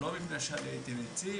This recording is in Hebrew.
לא מפני שאני הייתי נציב,